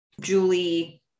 Julie